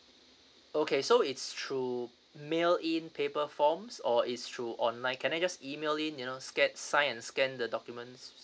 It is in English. okay so it's through mail in paper forms or it's through online can I just email in you know scan sign and scan the documents